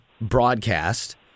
broadcast